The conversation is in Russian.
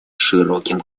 широким